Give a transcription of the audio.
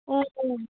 ও ও